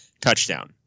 touchdown